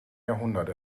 jahrhundert